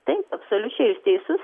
taip absoliučiai jūs teisus